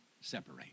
separate